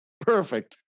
perfect